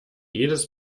jedes